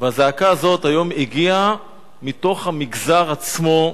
והזעקה הזאת היום הגיעה מתוך המגזר עצמו.